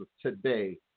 today